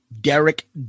Derek